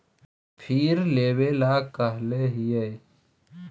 फिर लेवेला कहले हियै?